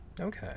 Okay